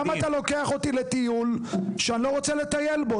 למה אתה לוקח אותי לטיול שאני לא רוצה לטייל בו?